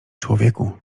człowieku